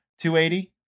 280